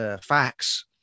facts